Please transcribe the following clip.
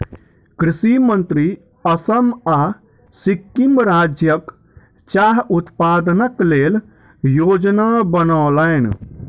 कृषि मंत्री असम आ सिक्किम राज्यक चाह उत्पादनक लेल योजना बनौलैन